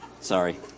Sorry